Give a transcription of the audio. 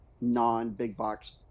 non-big-box